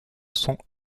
sont